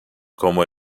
como